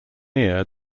ear